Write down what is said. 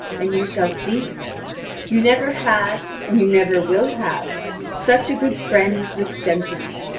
and you shall see you never had and you never will have such a good friend as this gentleman.